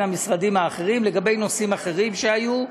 המשרדים האחרים לגבי נושאים אחרים שהיו.